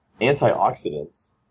antioxidants